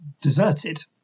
deserted